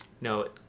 no